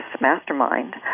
mastermind